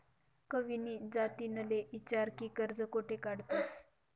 कविनी जतिनले ईचारं की कर्ज कोठे काढतंस